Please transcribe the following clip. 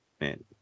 man